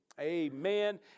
Amen